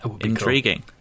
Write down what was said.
intriguing